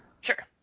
Sure